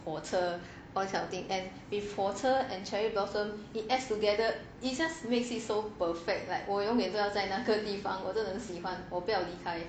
火车 all these kind of thing and with 火车 and cherry blossom it adds together it just makes it so perfect like 我永远要在那个地方我很喜欢我不要离开